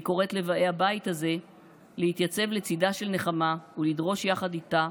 אני קוראת לבאי הבית הזה להתייצב לצידה של נחמה ולדרוש יחד איתה